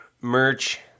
merch